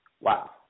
Wow